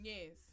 Yes